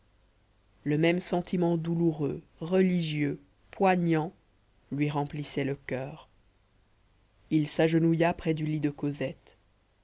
le même sentiment douloureux religieux poignant lui remplissait le coeur il s'agenouilla près du lit de cosette